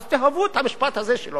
אז תאהבו גם את המשפט הזה שלו.